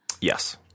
Yes